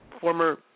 former –